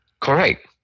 Correct